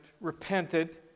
repented